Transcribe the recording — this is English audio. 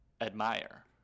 admire